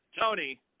Tony